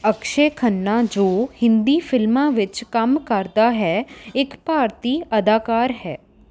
ਅਕਸ਼ੇ ਖੰਨਾ ਜੋ ਹਿੰਦੀ ਫਿਲਮਾਂ ਵਿੱਚ ਕੰਮ ਕਰਦਾ ਹੈ ਇੱਕ ਭਾਰਤੀ ਅਦਾਕਾਰ ਹੈ